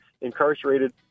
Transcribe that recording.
incarcerated